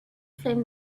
flame